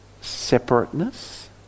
separateness